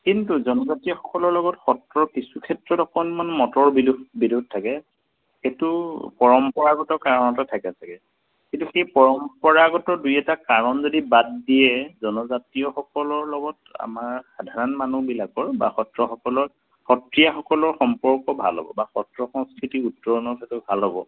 কিন্তু জনজাতীয়সকলৰ লগত সত্ৰৰ কিছু ক্ষেত্ৰত অকণমান মতৰ বিল বিদ্যুৎ থাকে সেইটো পৰম্পৰাগত কাৰণতে থাকে চাগে কিন্তু সেই পৰম্পৰাগত দুই এটা কাৰণ যদি বাদ দিয়ে জনজাতীয়সকলৰ লগত আমাৰ সাধাৰণ মানুহবিলাকৰ বা সত্ৰসকলৰ সত্ৰীয়াসকলৰ সম্পৰ্ক ভাল হ'ব বা সত্ৰ সংস্কৃতি উত্তৰণৰ ক্ষেত্ৰত ভাল হ'ব